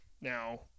Now